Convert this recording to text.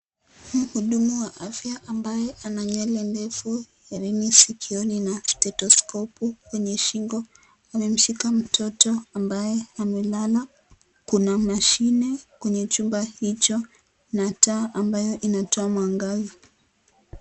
Muhudumu wa afya ambaye ana nywele ndufu, herini sikioni na stethoskopu kwenye shingo, amemshika mtoto, ambaye amelala. Kuna mashine kwenye chumba hicho na taa ambayo inatoa mwangaza.